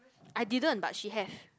I didn't but she have